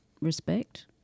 respect